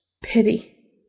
Pity